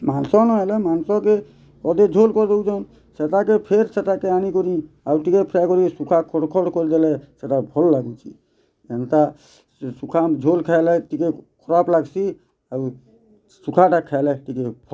ମାଂସ ନହେଲେ ମାଂସକେ ଅଧେ ଝୋଲ୍ କରି ଦଉଛନ୍ ସେତାକେ ଫେର୍ ସେତାକେ ଆନିକରି ଆଉ ଟିକେ ଫ୍ରାଏ କରିକରି ଶୁଖା ଖଡ଼ ଖଡ଼ କରିଦେଲେ ସେଇଟା ଭଲ୍ ଲାଗୁଛେ ଏନ୍ତା ଶୁଖା ଝୋଲ୍ ଖାଏଲେ ଟିକେ ଖରାପ୍ ଲାଗ୍ସି ଆଉ ଶୁଖାଟା ଖାଏଲେ ଟିକେ ଭଲ୍